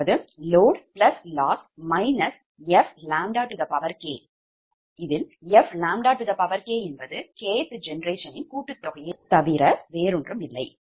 அதாவது loadloss fk fk என்பது kth generationயின் கூட்டுத்தொகையே தவிர வேறொன்றுமில்லை